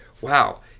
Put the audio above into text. Wow